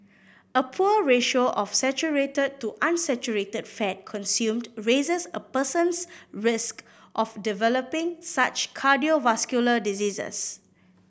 a poor ratio of saturated to unsaturated fat consumed raises a person's risk of developing such cardiovascular diseases